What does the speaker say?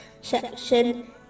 section